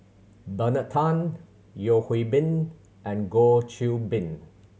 Bernard Tan Yeo Hwee Bin and Goh Qiu Bin